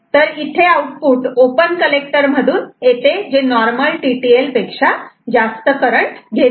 तर इथे output open collector मधून येते जे नॉर्मल टीटीएल पेक्षा जास्त करंट घेते